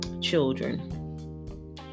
children